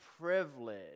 privilege